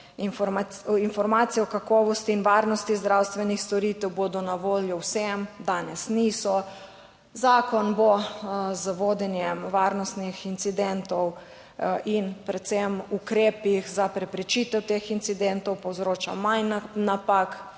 Informacije o kakovosti in varnosti zdravstvenih storitev bodo na voljo vsem, danes niso. Zakon bo z vodenjem varnostnih incidentov in predvsem ukrepih za preprečitev teh incidentov, povzroča manj napak